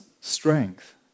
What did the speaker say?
strength